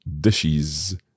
dishes